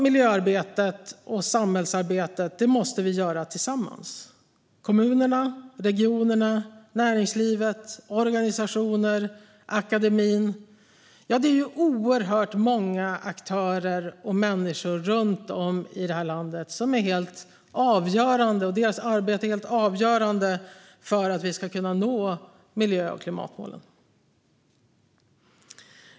Miljöarbetet och samhällsarbetet måste vi göra tillsammans - kommuner, regioner, näringsliv, organisationer och akademin. Ja, det är oerhört många aktörer och människor runt om i det här landet vars arbete är helt avgörande för att vi ska kunna nå miljö och klimatmålen.